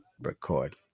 record